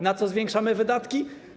Na co zwiększamy wydatki?